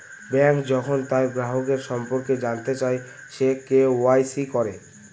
bank যখন তার গ্রাহকের সম্পর্কে জানতে চায়, সে কে.ওয়া.ইসি করে